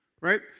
right